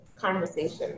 conversation